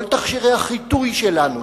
כל תכשירי החיטוי שלנו,